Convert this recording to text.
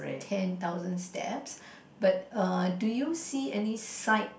ten thousand steps but err do you see any side